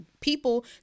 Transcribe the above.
people